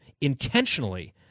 intentionally